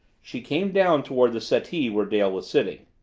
she came down toward the settee where dale was sitting.